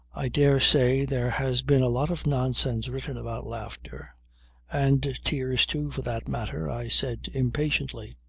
i dare say there has been a lot of nonsense written about laughter and tears, too, for that matter, i said impatiently.